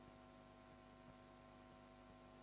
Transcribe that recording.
Hvala.